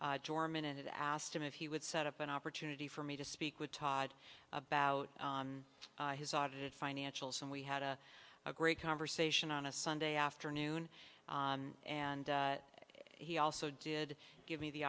horman and asked him if he would set up an opportunity for me to speak with todd about his audited financials and we had a great conversation on a sunday afternoon and he also did give me the